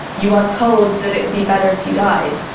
you are told that it would be better if you died.